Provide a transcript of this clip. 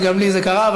שגם לי זה קרה,